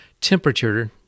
temperature